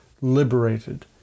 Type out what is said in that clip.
liberated